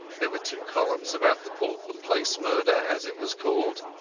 there were two columns about the portland place murder, as it was called.